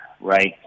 right